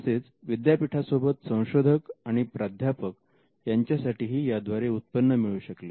तसेच विद्यापीठा सोबतच संशोधक आणि प्राध्यापक यांच्यासाठीही याद्वारे उत्पन्न मिळू शकले